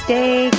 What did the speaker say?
Stay